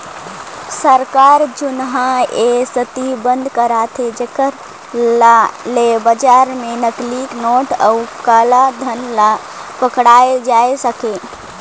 सरकार जुनहा ए सेती बंद करथे जेकर ले बजार में नकली नोट अउ काला धन ल पकड़ल जाए सके